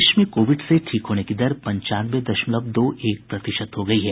देश में कोविड से ठीक होने की दर पंचानवे दशमलव दो एक प्रतिशत हो गई है